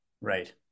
Right